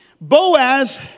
Boaz